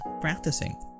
practicing